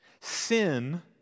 Sin